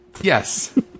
Yes